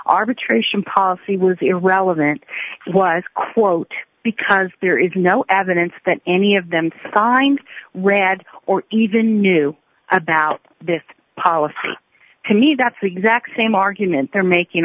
arbitration policy was irrelevant was quote because there is no evidence that any of them signed read or even knew about this policy to me that's the exact same argument